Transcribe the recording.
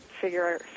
figure